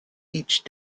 each